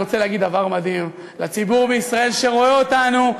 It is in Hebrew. אני רוצה להגיד דבר מדהים לציבור בישראל שרואה אותנו,